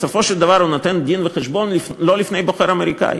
בסופו של דבר הוא נותן דין-וחשבון לא לפני בוחר אמריקני.